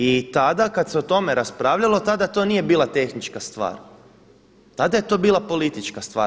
I tada kada se o tome raspravljalo tada to nije bila tehnička stvar, tada je to bila politička stvar.